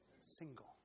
Single